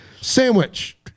sandwich